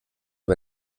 bei